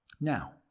Now